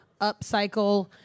upcycle